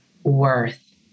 worth